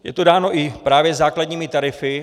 Je to dáno právě i základními tarify.